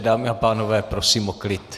Dámy a pánové, prosím o klid.